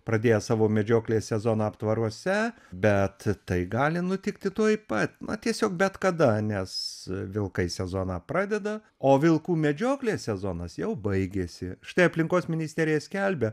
pradėjęs savo medžioklės sezoną aptvaruose bet tai gali nutikti tuoj pat na tiesiog bet kada nes vilkai sezoną pradeda o vilkų medžioklės sezonas jau baigėsi štai aplinkos ministerija skelbia